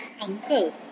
Uncle